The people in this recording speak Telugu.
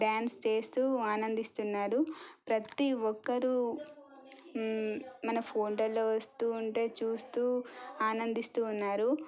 డ్యాన్స్ చేస్తూ ఆనందిస్తున్నారు ప్రతీ ఒక్కరూ మన ఫోన్లలో వస్తూ ఉంటాయి చూస్తూ ఆనందిస్తూ ఉన్నారు